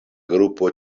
grupo